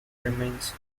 remains